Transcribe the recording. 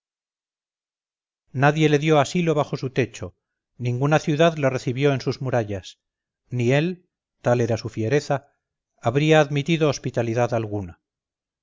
nadie le dio asilo bajo su techo ninguna ciudad le recibió en sus murallas ni él tal era su fiereza habría admitido hospitalidad alguna